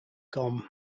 com